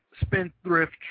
spendthrift